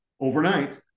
overnight